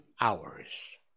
hours